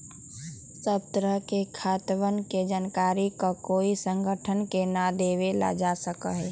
सब तरह के खातवन के जानकारी ककोई संगठन के ना देवल जा सका हई